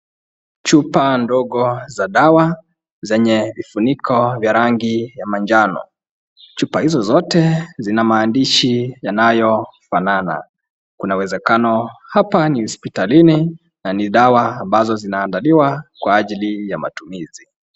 Chupa ndogo za dawa zenye vifuniko ya rangi ya manjano. Chupa hizo zote zina maandishi yanayofanana. Kuna uwezekano hapa ni hospitalini na ni dawa ambazo zinaandaliwa kwa ajili ya matumizi.